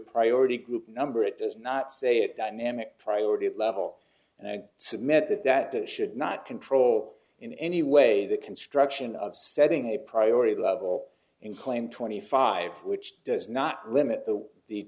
priority group number it does not say it dynamic priority level and i submit that that should not control in any way the construction of setting a priority level in claim twenty five which does not limit the